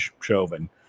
Chauvin